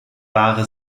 wahre